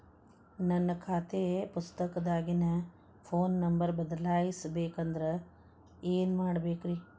ನನ್ನ ಖಾತೆ ಪುಸ್ತಕದಾಗಿನ ಫೋನ್ ನಂಬರ್ ಬದಲಾಯಿಸ ಬೇಕಂದ್ರ ಏನ್ ಮಾಡ ಬೇಕ್ರಿ?